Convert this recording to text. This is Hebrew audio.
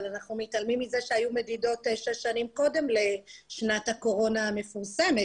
אבל אנחנו מתעלמים מזה שהיו מדידות שש שנים קודם לשנת הקורונה המפורסמת.